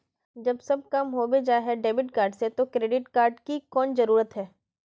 जब सब काम होबे जाय है डेबिट कार्ड से तो क्रेडिट कार्ड की कोन जरूरत है?